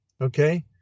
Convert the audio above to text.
Okay